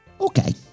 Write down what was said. Okay